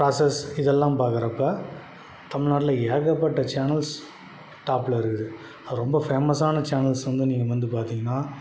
process இதெல்லாம் பார்க்குறப்ப தமிழ் நாட்டில் ஏகப்பட்ட சேனல்ஸ் டாப்பில் இருக்குது அது ரொம்ப ஃபேமஸான சேனல்ஸ் வந்து நீங்கள் வந்து பார்த்திங்கன்னா